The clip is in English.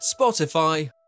Spotify